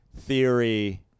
theory